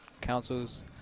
councils